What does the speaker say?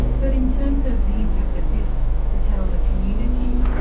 but in terms of the impact that this has had on the community,